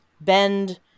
bend